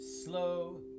Slow